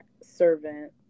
servant